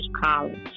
college